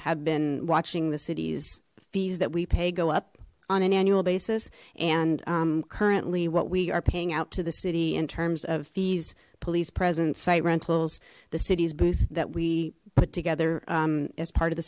have been watching the city's fees that we pay go up on an annual basis and currently what we are paying out to the city in terms of fees police present site rentals the city's booth that we put together as part of the